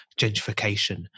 gentrification